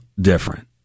different